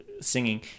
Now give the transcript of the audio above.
singing